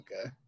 Okay